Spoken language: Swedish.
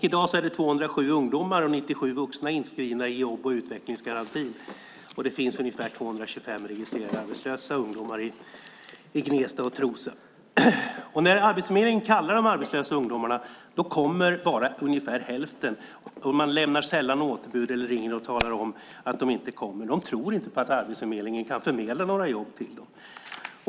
I dag är det 207 ungdomar och 97 vuxna inskrivna i jobb och utvecklingsgarantin, och det finns ungefär 225 registrerade arbetslösa ungdomar i Gnesta och Trosa. När Arbetsförmedlingen kallar de arbetslösa ungdomarna kommer bara ungefär hälften, och de lämnar sällan återbud eller ringer och talar om att de inte kommer. De tror inte på att Arbetsförmedlingen kan förmedla några jobb till dem.